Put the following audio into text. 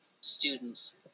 students